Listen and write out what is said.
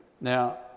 Now